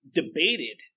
debated